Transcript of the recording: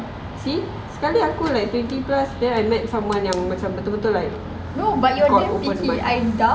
see sekali aku like twenty plus then I met someone yang macam betul-betul like god open my eyes